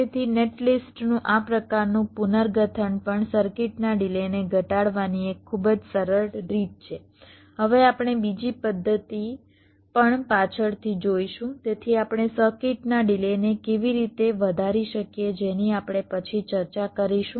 તેથી નેટલિસ્ટનું આ પ્રકારનું પુનર્ગઠન પણ સર્કિટના ડિલેને ઘટાડવાની એક ખૂબ જ સરળ રીત છે હવે આપણે બીજી પદ્ધતિ પણ પાછળથી જોઈશું જેથી આપણે સર્કિટના ડિલેને કેવી રીતે વધારી શકીએ જેની આપણે પછી ચર્ચા કરીશું